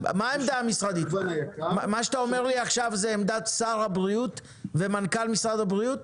זו עמדת שר הבריאות ומנכ"ל משרד הבריאות?